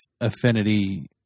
affinity